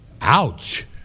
Ouch